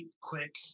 quick